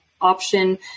option